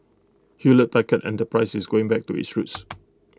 Hewlett Packard enterprise is going back to its roots